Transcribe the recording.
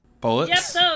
Bullets